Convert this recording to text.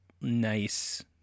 nice